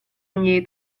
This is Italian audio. ogni